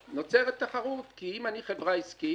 אז נוצרת תחרות, כי אם אני חברה עסקית,